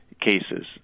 cases